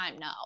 no